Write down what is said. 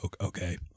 okay